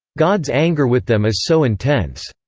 god's anger with them is so intense,